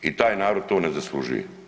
I taj narod to na zaslužuje.